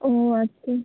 ও আচ্ছা